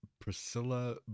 Priscilla